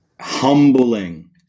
Humbling